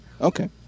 Okay